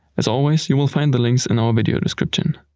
as always you will find the links in our video description.